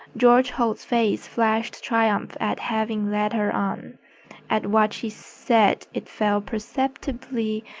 george holt's face flashed triumph at having led her on at what she said it fell perceptibly,